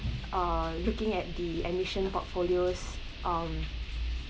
uh looking at the admission portfolios um